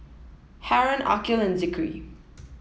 Haron Aqil and Zikri